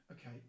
Okay